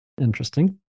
Interesting